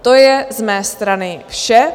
To je z mé strany vše.